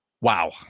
Wow